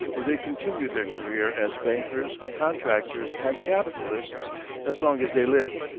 where they continued their career as bankers, contractors, and capitalists as long as they lived,